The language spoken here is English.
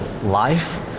life